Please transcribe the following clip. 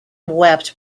wept